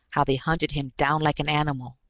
how they hunted him down like an animal